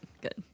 good